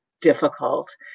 difficult